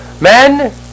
Men